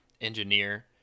engineer